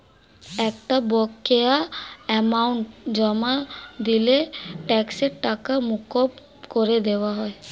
একটা বকেয়া অ্যামাউন্ট জমা দিলে ট্যাক্সের টাকা মকুব করে দেওয়া হয়